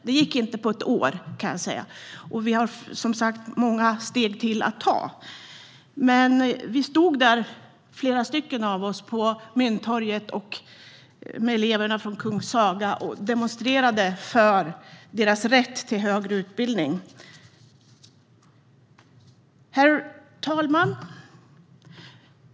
Detta gick inte på ett år, och vi har många steg kvar att ta. Men flera av oss stod där på Mynttorget med eleverna från Kung Saga och demonstrerade för deras rätt till högre utbildning. Herr talman!